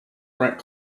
rent